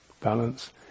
balance